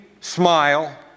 smile